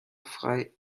frei